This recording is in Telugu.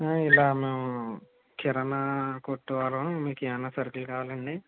ఇలా మేము కిరాణా కొట్టు వాళ్ళం మీకు ఏవన్నా సరుకులు కావాలండి